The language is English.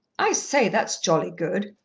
i say, that's jolly good!